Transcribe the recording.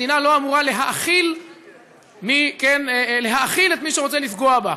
מדינה לא אמורה להאכיל את מי שרוצה לפגוע בה.